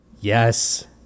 Yes